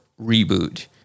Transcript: reboot